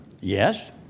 Yes